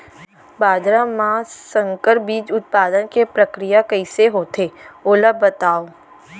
बाजरा मा संकर बीज उत्पादन के प्रक्रिया कइसे होथे ओला बताव?